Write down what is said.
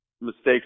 mistakes